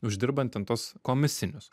uždirbant ten tuos komisinius